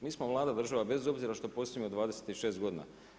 Mi smo mlada država, bez obzira što postojimo 26 godina.